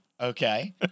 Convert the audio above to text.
okay